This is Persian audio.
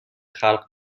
خلق